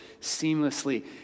seamlessly